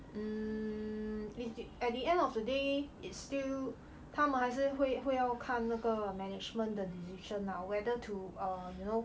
mm at the end of the day it's still 他们还是会会要看那个 management 的 decision lah whether to err you know